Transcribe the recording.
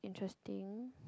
interesting